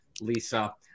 Lisa